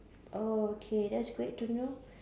oh okay that's great to know